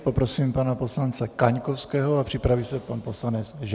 Poprosím pana poslance Kaňkovského a připraví se pan poslanec Žáček.